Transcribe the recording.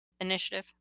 initiative